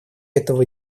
этого